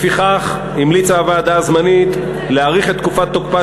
לפיכך המליצה הוועדה הזמנית להאריך את תקופת תוקפה